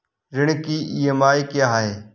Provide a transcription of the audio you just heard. ऋण की ई.एम.आई क्या है?